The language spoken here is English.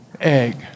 egg